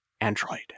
Android